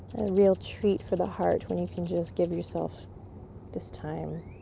real treat for the heart when you can just give yourself this time.